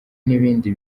n’ibindi